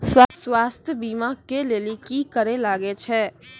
स्वास्थ्य बीमा के लेली की करे लागे छै?